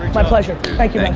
my pleasure. thank you,